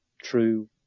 true